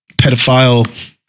pedophile